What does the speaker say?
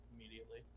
immediately